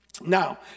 now